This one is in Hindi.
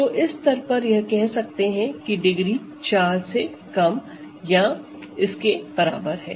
तो इस स्तर पर कह सकते हैं कि डिग्री 4 से कम या इस के बराबर है